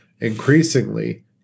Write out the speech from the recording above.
increasingly